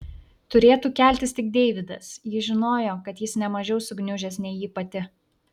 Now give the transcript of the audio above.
turėtų keltis tik deividas ji žinojo kad jis ne mažiau sugniužęs nei ji pati